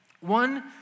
One